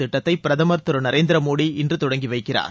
திட்டத்தை பிரதமர் திரு நரேந்திர மோடி இன்று தொடங்கி வைக்கிறார்